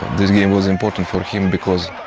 this game was important for him, because